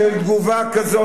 של תגובה כזאת.